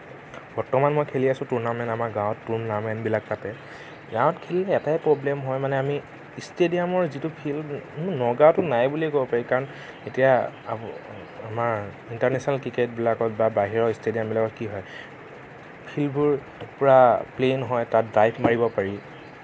বৰ্তমান মই খেলি আছোঁ টুৰ্নামেণ্টবিলাক আমাৰ গাঁৱত টুৰ্নামেণ্টবিলাক পাতে গাঁৱত খেলি এটাই প্ৰব্লেম হয় মানে আমি ষ্টেডিয়ামৰ যিটো ফিল নগাঁৱতো নাই বুলিয়েই ক'ব পাৰি কাৰণ এতিয়া আমাৰ ইণ্টাৰ্নেশ্যনেল ক্ৰিকেটবিলাকত বা বাহিৰৰ ষ্টেডিয়ামবিলাকত কি হয় ফিল্ডবোৰ পূৰা প্লেইন হয় তাত ডাইৰেক্ট মাৰিব পাৰি